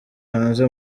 hanze